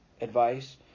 advice